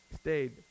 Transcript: stayed